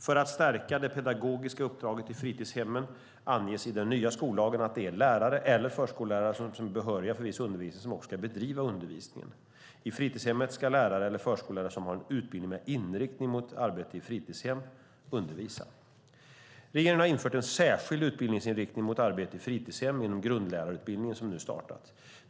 För att stärka det pedagogiska uppdraget i fritidshemmen anges i den nya skollagen att det är lärare eller förskollärare som är behöriga för viss undervisning som ska bedriva undervisningen. I fritidshemmet ska lärare eller förskollärare som har en utbildning med inriktning mot arbete i fritidshem undervisa. Regeringen har infört en särskild utbildningsinriktning mot arbete i fritidshem inom grundlärarutbildningen som nu startat.